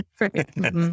right